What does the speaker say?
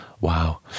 Wow